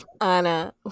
Anna